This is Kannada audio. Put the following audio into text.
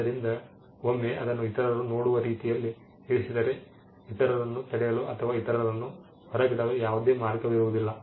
ಆದ್ದರಿಂದ ಒಮ್ಮೆ ಅದನ್ನು ಇತರರು ನೋಡುವ ರೀತಿಯಲ್ಲಿ ಇರಿಸಿದರೆ ಇತರರನ್ನು ತಡೆಯಲು ಅಥವಾ ಇತರರನ್ನು ಹೊರಗಿಡಲು ಯಾವುದೇ ಮಾರ್ಗವಿಲ್ಲ